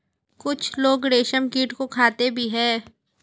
कुछ लोग रेशमकीट को खाते भी हैं